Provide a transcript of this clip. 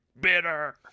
bitter